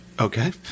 Okay